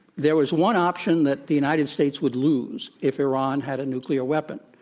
there was one option that the united states would lose if iran had a nuclear weapon,